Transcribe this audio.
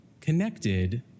connected